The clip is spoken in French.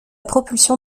propulsion